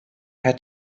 per